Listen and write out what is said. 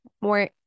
more